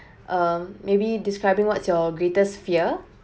um maybe describing what's your greatest fear